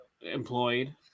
employed